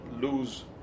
lose